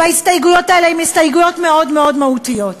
וההסתייגויות האלה הן הסתייגויות מאוד מאוד מהותיות,